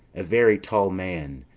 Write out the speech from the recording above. a very tall man!